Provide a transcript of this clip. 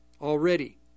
already